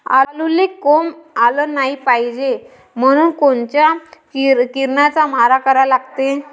आलूले कोंब आलं नाई पायजे म्हनून कोनच्या किरनाचा मारा करा लागते?